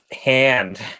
hand